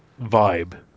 vibe